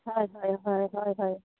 হয় হয় হয় হয় হয়